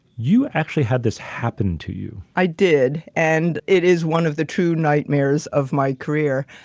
you actually had this happen to you? i did, and it is one of the two nightmares of my career.